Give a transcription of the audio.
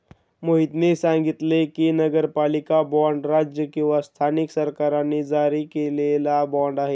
मोहितने सांगितले की, नगरपालिका बाँड राज्य किंवा स्थानिक सरकारांनी जारी केलेला बाँड आहे